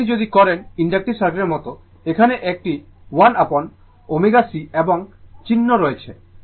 তো আপনি যদি করেন ইনডাকটিভ সার্কিটের মতো এখানে এটি 1 অ্যাপন ω c এবং চিহ্ন রয়েছে